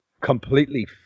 Completely